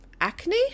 acne